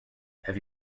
have